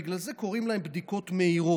בגלל זה קוראים להן בדיקות מהירות,